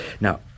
Now